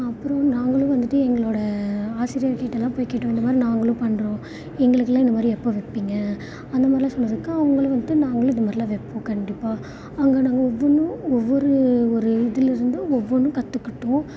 அப்புறம் நாங்களும் வந்துவிட்டு எங்களோட ஆசிரியர் கிட்ட எல்லாம் போய் கேட்டோம் இந்த மாதிரி நாங்களும் பண்ணுறோம் எங்களுக்குலாம் இந்த மாதிரி எப்போ வைப்பிங்க அந்த மாதிரிலான் சொன்னதுக்கு அவங்களும் வந்துவிட்டு நாங்களும் இந்த மாதிரிலான் வைப்போம் கண்டிப்பாக அங்கே நாங்கள் ஒவ்வொன்னும் ஒவ்வொரு ஒரு இதுலருந்து ஒவ்வொன்னும் கற்றுக்கிட்டோம்